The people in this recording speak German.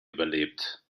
überlebt